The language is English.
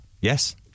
Yes